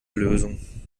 lösung